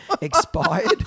expired